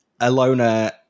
alona